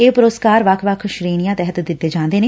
ਇਹ ਪੁਰਸਕਾਰ ਵੱਖ ਵੱਖ ਸ਼ੇਣੀਆਂ ਤਹਿਤ ਦਿੱਤੇ ਜਾਂਦੇ ਨੇ